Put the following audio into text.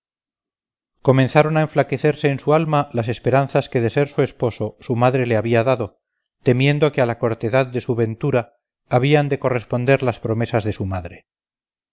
comenzaron a enflaquecerse en su alma las esperanzas que de ser su esposo su madre le había dado temiendo que a la cortedad de su ventura habían de corresponder las promesas de su madre